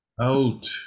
Out